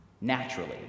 naturally